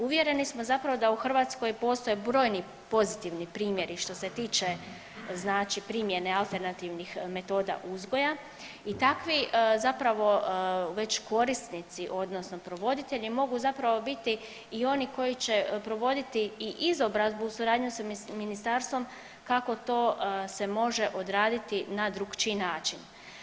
Uvjereni smo zapravo da u Hrvatskoj postoje brojni pozitivni primjeri što se tiče, znači primjene alternativnih metoda uzgoja i takvi zapravo već korisnici odnosno provoditelji mogu zapravo biti i oni koji će provoditi i izobrazbu u suradnji sa ministarstvom kako to se može odraditi na drukčiji način.